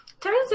turns